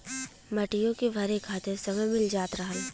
मटियो के भरे खातिर समय मिल जात रहल